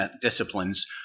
disciplines